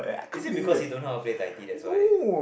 is it because he don't know how to play tai ti that's why